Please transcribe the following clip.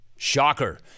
Shocker